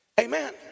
amen